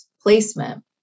placement